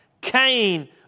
Cain